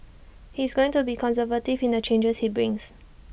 he is going to be conservative in the charges he brings